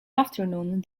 afternoon